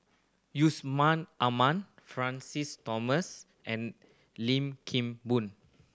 Yusman Aman Francis Thomas and Lim Kim Boon